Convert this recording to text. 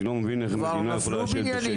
אני לא מבינה איך מדינה יכולה לשבת בשקט.